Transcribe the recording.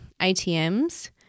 ATMs